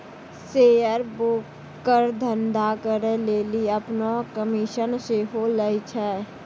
share broker धंधा करै लेली अपनो कमिशन सेहो लै छै